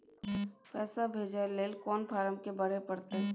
पैसा भेजय लेल कोन फारम के भरय परतै?